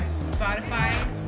Spotify